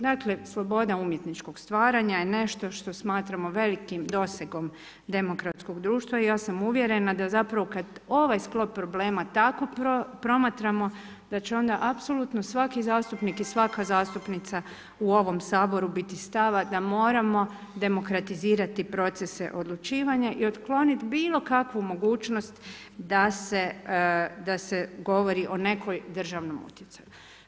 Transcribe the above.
Dakle, sloboda umjetničkog stvaranja je nešto što smatramo velikim dosegom demokratskog društva i ja sam uvjerena, da kada zapravo ovaj sklop problema tako promatramo, da će onda apsolutno, svaki zastupnik i svaka zastupnica u ovom Saboru biti stava da moramo demokratizirati procese odlučivanja i otkloniti bilo kakvu mogućnost da se govori o nekoj državnom utjecaju.